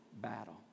battle